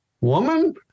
woman